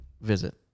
visit